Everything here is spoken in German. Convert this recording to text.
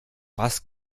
was